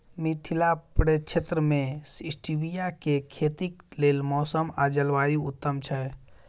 मिथिला प्रक्षेत्र मे स्टीबिया केँ खेतीक लेल मौसम आ जलवायु उत्तम छै?